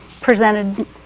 presented